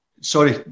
sorry